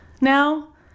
now